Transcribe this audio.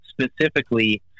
specifically